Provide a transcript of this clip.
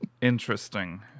Interesting